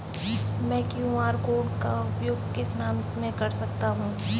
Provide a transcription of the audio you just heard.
मैं QR code का उपयोग किस काम में कर सकता हूं?